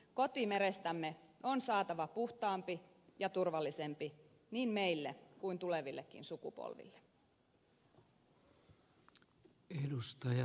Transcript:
kotimerestämme on saatava puhtaampi ja turvallisempi niin meille kuin tulevillekin sukupolville